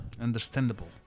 understandable